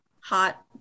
hot